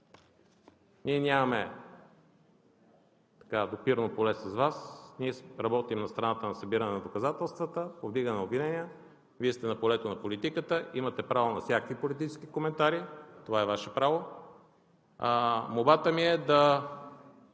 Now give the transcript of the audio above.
ние нямаме допирно поле с Вас, работим на страната на събиране на доказателствата, повдигаме обвинения, Вие сте на полето на политиката, имате право на всякакви политически коментари, това е Ваше право. Молбата ми е да